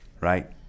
Right